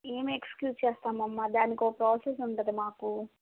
ఏం ఎక్స్క్యూజ్ చేస్తాం అమ్మా దానికో ప్రోసెస్ ఉంటుంది మాకు